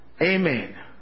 Amen